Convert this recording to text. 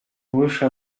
выше